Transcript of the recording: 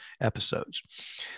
episodes